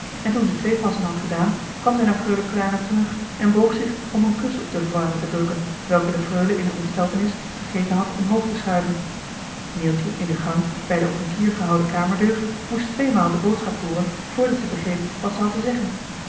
en toen zij twee passen had gedaan kwam zij naar freule clara terug en boog zich om een kus op de voile te drukken welke de freule in de ontsteltenis vergeten had omhoog te schuiven neeltje in de gang bij de op een kier gehouden kamerdeur moest tweemaal de boodschap hooren voordat zij begreep wat ze had te zeggen